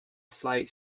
slight